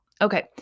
Okay